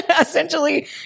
essentially